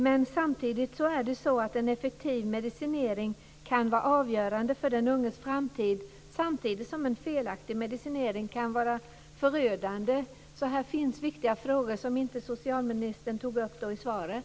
Men en effektiv medicinering kan vara avgörande för den unges framtid samtidigt som en felaktig medicinering kan vara förödande. Det finns alltså viktiga frågor som socialministern inte tog upp i svaret.